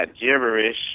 gibberish